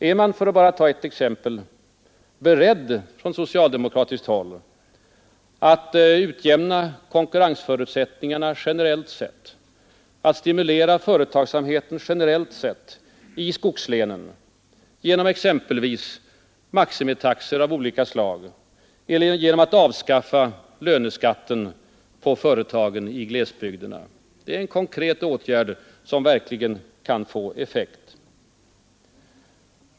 Är man, för att ta bara ett exempel, från socialdemokratiskt håll beredd att utjämna konkurrensförutsättningarna generellt sett, att stimulera företagsamheten generellt sett, i skogslänen genom exempelvis maximitaxor av olika slag eller genom att avskaffa löneskatten på företagen i glesbygderna? Det är en konkret åtgärd som verkligen kan få effekt.